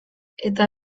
eta